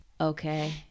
Okay